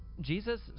Jesus